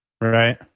right